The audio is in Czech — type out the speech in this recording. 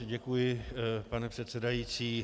Děkuji, pane předsedající.